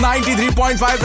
93.5